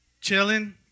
Chilling